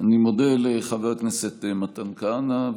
אני מודה לחבר הכנסת מתן כהנא,